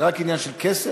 זה רק עניין של כסף?